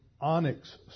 onyx